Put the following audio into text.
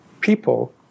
people